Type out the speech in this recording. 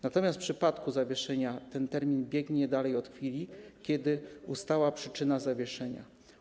Natomiast w przypadku zawieszenia ten termin biegnie dalej od chwili, kiedy ustała przyczyna zawieszenia.